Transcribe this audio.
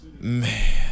Man